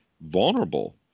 vulnerable